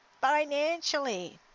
financially